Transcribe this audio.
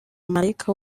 malayika